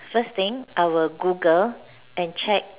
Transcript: first thing I will Google and check